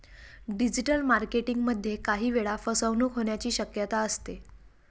digital marketing मध्ये काही वेळा फसवणूक होण्याची शक्यता असते